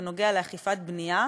ונוגע באכיפה בבנייה,